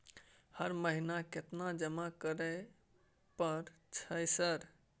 हर महीना केतना जमा करे परय छै सर?